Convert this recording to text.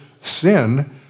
sin